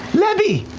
lebby!